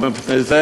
ולכן,